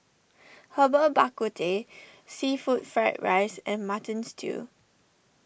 Herbal Bak Ku Teh Seafood Fried Rice and Mutton Stew